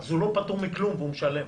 הוא לא פטור מכלום והוא משלם.